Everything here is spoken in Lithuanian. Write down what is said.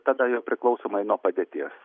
tada jau priklausomai nuo padėties